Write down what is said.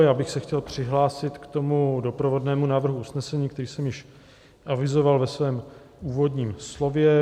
Já bych se chtěl přihlásil k doprovodnému návrhu usnesení, který jsem již avizoval ve svém úvodním slově.